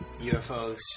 UFOs